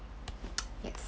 yes